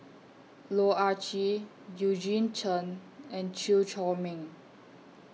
Loh Ah Chee Eugene Chen and Chew Chor Meng